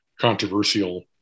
controversial